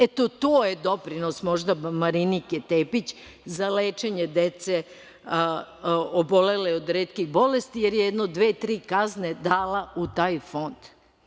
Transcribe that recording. Eto, to je doprinos, možda Marinike Tepić za lečenje dece obolele od retkih bolesti, jer je jedno dve, tri kazne dala u taj fond.